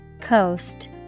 Coast